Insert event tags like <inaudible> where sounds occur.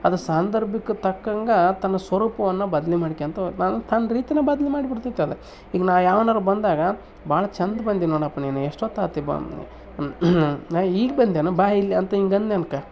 ಅದು ಸಾಂದರ್ಭಿಕ ತಕ್ಕಂಗೆ ತನ್ನ ಸ್ವರೂಪವನ್ನು ಬದಲು ಮಾಡಿಕೋಂತ್ <unintelligible> ತನ್ನ ರೀತಿನೇ ಬದ್ಲು ಮಾಡಿ ಬಿಡ್ತೈತದು ಈಗ ನಾ ಯಾವನಾರೂ ಬಂದಾಗ ಭಾಳ್ ಚಂದ ಬಂದಿ ನೋಡಪ್ಪ ನೀನು ಎಷ್ಟೊತ್ತು ಆಯ್ತು ಬಂದು ನಾ ಈಗ ಬಂದೇನ ಬಾ ಇಲ್ಲಿ ಅಂತ ಹಿಂಗ್ ಅಂದ್ಯನ್ಕೊ